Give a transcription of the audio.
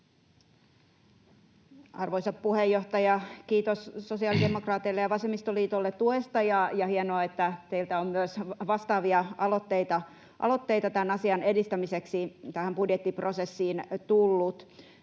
Arvoisa puheenjohtaja! Kiitos sosiaalidemokraateille ja vasemmistoliitolle tuesta, ja on hienoa, että teiltä on tullut myös vastaavia aloitteita budjettiprosessiin tämän